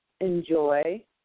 enjoy